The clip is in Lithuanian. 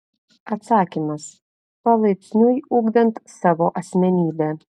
atsakymas palaipsniui ugdant savo asmenybę